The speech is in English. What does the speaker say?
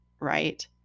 right